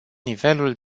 nivelul